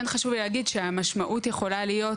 כן חשוב לי להגיד שהמשמעות יכולה להיות